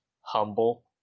humble